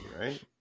right